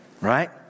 right